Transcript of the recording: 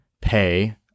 pay